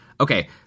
Okay